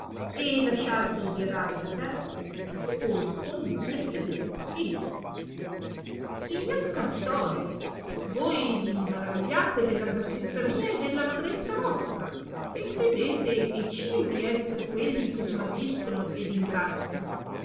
e lasciato di arare la terra si pose con lui a sedere e disse signor castorio voi vi maravigliate della grassezza mia e della magrezza vostra e credete e cibi esser quelli che smagriscono ed ingrassano